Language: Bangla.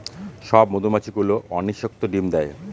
সব মধুমাছি গুলো অনিষিক্ত ডিম দেয়